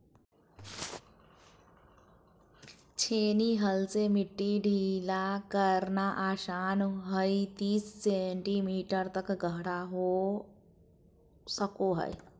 छेनी हल से मिट्टी ढीला करना आसान हइ तीस सेंटीमीटर तक गहरा हो सको हइ